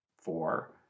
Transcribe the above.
Four